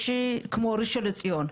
יש כמו ראשון לציון,